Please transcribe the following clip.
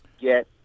get